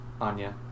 Anya